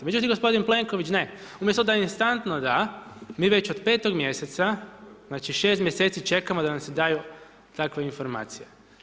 Međutim, gospodin Plenković ne, umjesto da instantno da, mi već od petog mjeseca, znači 6 mjeseci čekamo da nam se daju takve informacije.